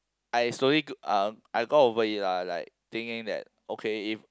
I slowly g~ uh I got over it lah like thinking that okay if